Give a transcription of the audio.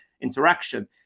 interaction